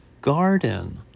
garden